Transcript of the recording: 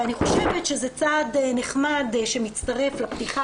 אני חושבת שזה צעד נחמד שמצטרף לפתיחה,